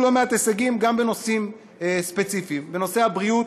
והגענו ללא מעט הישגים גם בנושאים ספציפיים: בנושא הבריאות